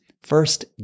first